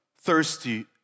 Thirsty